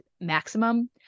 maximum